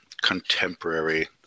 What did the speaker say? contemporary